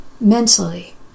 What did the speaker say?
mentally